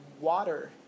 water